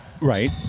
right